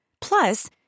Plus